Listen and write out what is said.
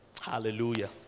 Hallelujah